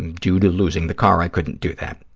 and due to losing the car, i couldn't do that.